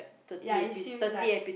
ya it seems like